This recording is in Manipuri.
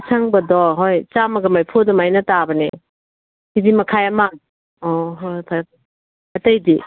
ꯑꯁꯪꯕꯗꯣ ꯍꯣꯏ ꯆꯥꯝꯃꯒ ꯃꯔꯤꯐꯨ ꯑꯗꯨꯃꯥꯏꯅ ꯇꯥꯕꯅꯦ ꯀꯦ ꯖꯤ ꯃꯈꯥꯏ ꯑꯃ ꯑꯣ ꯍꯣꯏ ꯍꯣꯏ ꯐꯔꯦ ꯐꯔꯦ ꯑꯇꯩꯗꯤ